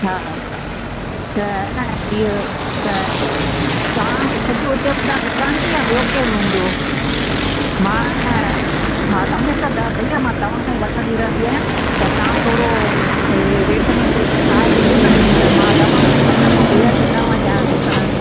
हा हा त ए न हीउ त तव्हां ख़ुदि उते हूंदा दुकानु ते या ॿियो केरु हूंदो मां न हा हमेशह भईया मां तव्हां खां ई वठंदी रहंदी आहियां त तव्हां थोरो रेट में कुझु ठाहे ॾिजो न त मां तव्हांखां ई वठां पोइ ॿिए हंधि न वञा ॾिसणु